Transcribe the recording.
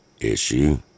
issue